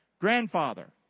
Grandfather